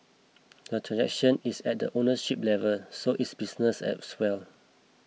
the transaction is at the ownership level so it's business as well